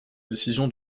décision